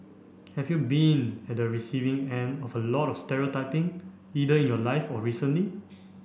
have you been at the receiving end of a lot of stereotyping either in your life or recently